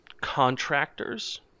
contractors